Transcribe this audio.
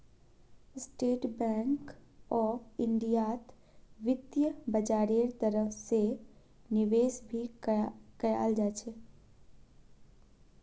state bank of इन्डियात वित्तीय बाजारेर तरफ से निवेश भी कियाल जा छे